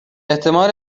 احتمال